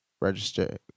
register